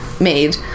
Made